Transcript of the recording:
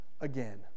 again